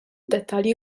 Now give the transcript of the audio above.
dettalji